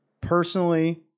Personally